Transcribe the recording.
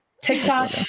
TikTok